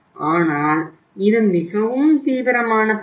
ஆனால் இது மிகவும் தீவிரமான பிரச்சினை